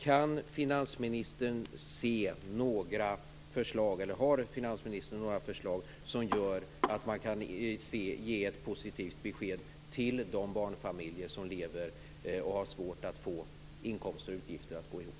Har finansministern några förslag som kan utgöra ett positivt besked till de barnfamiljer som har svårt att få inkomster och utgifter att gå ihop?